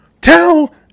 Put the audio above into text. tell